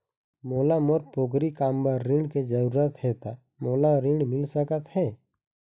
मोला मोर पोगरी काम बर ऋण के जरूरत हे ता मोला ऋण मिल सकत हे?